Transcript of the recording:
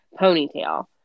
ponytail